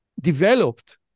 developed